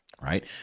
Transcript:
right